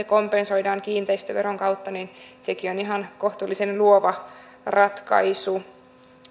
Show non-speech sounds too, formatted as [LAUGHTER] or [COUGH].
[UNINTELLIGIBLE] kompensoidaan kiinteistöveron kautta on ihan kohtuullisen luova ratkaisu